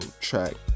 track